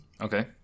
Okay